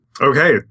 Okay